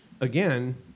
again